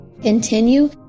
Continue